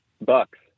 bucks